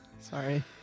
sorry